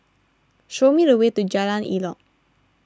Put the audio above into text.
show me the way to Jalan Elok